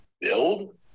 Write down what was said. build